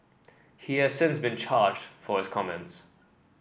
he has since been charged for his comments